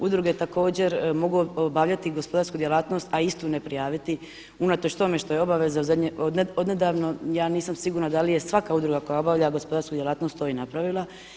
Udruge također mogu obavljati gospodarsku djelatnost, a istu ne prijaviti unatoč tome što je obaveza odnedavno, ja nisam sigurna da li je svaka udruga koja obavlja gospodarsku djelatnost to i napravila.